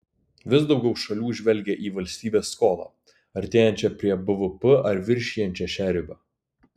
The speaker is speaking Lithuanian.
vis daugiau šalių žvelgia į valstybės skolą artėjančią prie bvp ar viršijančią šią ribą